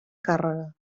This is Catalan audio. càrrega